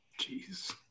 Jeez